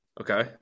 Okay